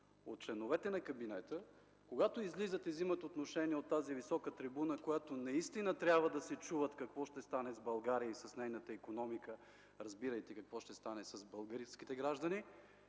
от членовете на кабинета когато излизат и вземат отношение от тази висока трибуна, от която наистина трябва да се чува какво ще стане с България и с нейната икономика, разбирайте – какво ще стане с българските граждани,